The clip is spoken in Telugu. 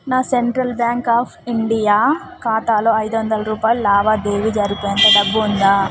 నా సెంట్రల్ బ్యాంక్ ఆఫ్ ఇండియా ఖాతాలో ఐదువందల రూపాయలు లావాదేవీ జరిపేంత డబ్బు ఉందా